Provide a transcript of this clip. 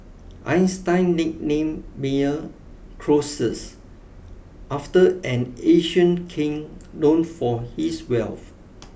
Einstein nicknamed Meyer Croesus after an ancient king known for his wealth